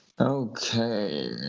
Okay